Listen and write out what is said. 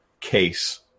case